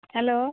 ᱦᱮᱸ